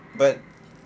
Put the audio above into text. but